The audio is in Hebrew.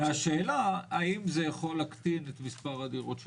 השאלה האם זה יכול להכפיל את מספר הדירות שייבנו.